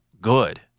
good